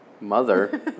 Mother